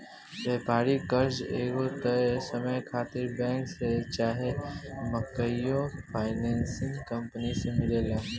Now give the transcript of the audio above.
व्यापारिक कर्जा एगो तय समय खातिर बैंक से चाहे माइक्रो फाइनेंसिंग कंपनी से मिलेला